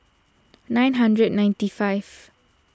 nine hundred ninety five